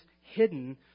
hidden